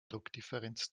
druckdifferenz